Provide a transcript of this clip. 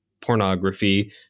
pornography